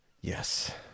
yes